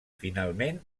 finalment